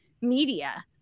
media